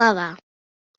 hlava